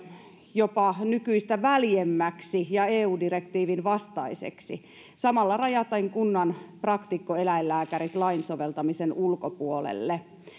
jopa nykyistä väljemmäksi ja eu direktiivin vastaiseksi samalla rajaten kunnan praktikkoeläinlääkärit lain soveltamisen ulkopuolelle